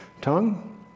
tongue